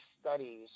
studies